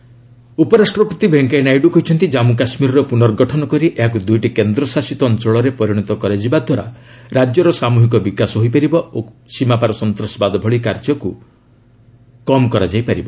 Naidu J and K ଉପରାଷ୍ଟ୍ରପତି ଭେଙ୍କେୟା ନାଇଡୁ କହିଛନ୍ତି କାମ୍ମୁ କାଶ୍ମୀରର ପୁର୍ନଗଠନ କରି ଏହାକୁ ଦୁଇଟି କେନ୍ଦ୍ରଶାସିତ ଅଞ୍ଚଳରେ ପରିଣତ କରାଯିବା ଦ୍ୱାରା ରାଜ୍ୟର ସାମୁହିକ ବିକାଶ ହୋଇପାରିବ ଓ ସୀମାପାର ସନ୍ତାସବାଦ ଭଳି କାର୍ଯ୍ୟର କୁ ପ୍ରଭାବକୁ କମ୍ କରାଯାଇପାରିବ